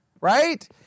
right